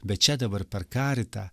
bet čia dabar per karitą